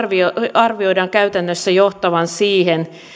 arvioidaan käytännössä johtavan siihen